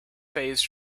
phase